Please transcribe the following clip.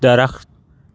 درخت